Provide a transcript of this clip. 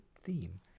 theme